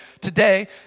today